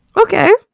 Okay